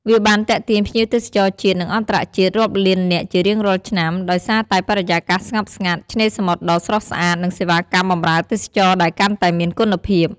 វាបានទាក់ទាញភ្ញៀវទេសចរជាតិ និងអន្តរជាតិរាប់លាននាក់ជារៀងរាល់ឆ្នាំ ដោយសារតែបរិយាកាសស្ងប់ស្ងាត់ ឆ្នេរសមុទ្រដ៏ស្រស់ស្អាត និងសេវាកម្មបម្រើទេសចរដែលកាន់តែមានគុណភាព។